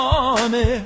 army